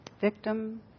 Victim